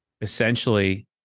essentially